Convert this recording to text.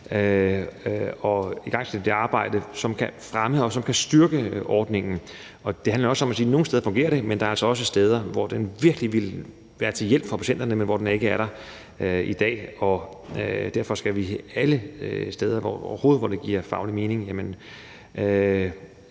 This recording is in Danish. at igangsætte det arbejde, som kan fremme, og som kan styrke ordningen. Det handler også om at sige, at nogle steder fungerer det, men der er altså også steder, hvor den virkelig ville være til hjælp for patienterne, men hvor den ikke er der i dag. Derfor skal vi alle steder, hvor det overhovedet giver faglig mening